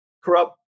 corrupt